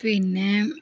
പിന്നെ